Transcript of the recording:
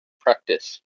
practice